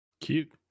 Cute